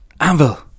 Anvil